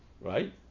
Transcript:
Right